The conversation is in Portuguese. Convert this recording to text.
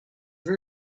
viu